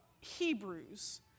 Hebrews